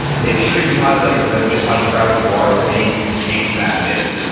make sure you highlight to them just how proud you are that they gave that minute,